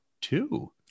Two